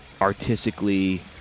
artistically